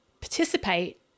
participate